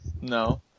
No